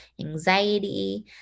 anxiety